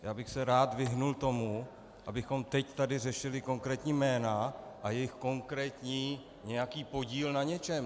Já bych se rád vyhnul tomu, abychom teď tady řešili konkrétní jména a jejich konkrétní nějaký podíl na něčem.